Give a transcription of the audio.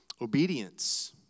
obedience